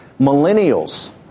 Millennials